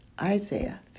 Isaiah